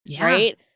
right